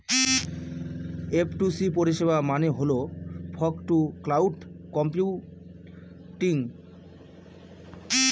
F two C পরিষেবা মানে হল ফগ টু ক্লাউড কম্পিউটিং